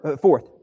Fourth